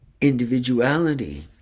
individuality